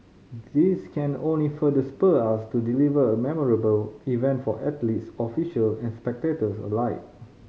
this can only further spur us to deliver a memorable event for athletes official and spectators alike